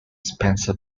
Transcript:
spencer